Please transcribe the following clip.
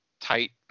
tight